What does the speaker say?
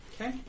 Okay